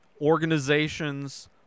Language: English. Organizations